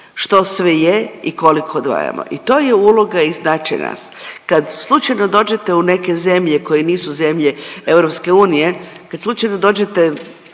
što sve je i koliko odvajamo i to je uloga i značaj nas. Kad slučajno dođete u neke zemlje koje nisu zemlje EU,